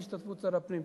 בהשתתפות שר הפנים.